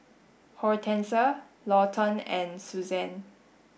Hortense Lawton and Suzanne